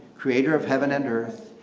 creator of heaven and earth.